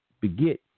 beget